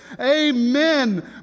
Amen